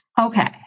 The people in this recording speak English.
Okay